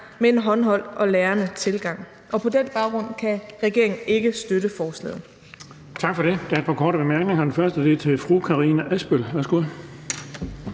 med en håndholdt og lærende tilgang. På den baggrund kan regeringen ikke støtte forslaget.